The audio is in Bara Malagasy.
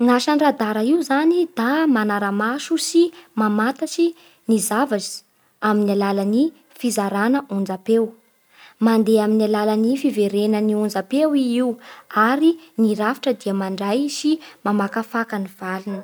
Gny asan'ny radara io zany da manara-maso sy mamantatsy ny zavatsy amin'ny alalan'ny fizarana onjampeo. Mandeha amin'ny alalan'ny fiverenan'ny onjampeo i io ary ny rafitra dia mandray sy mamakafaka ny valiny.